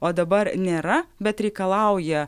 o dabar nėra bet reikalauja